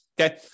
Okay